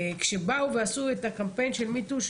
כשעשו את הקמפיין של MeToo,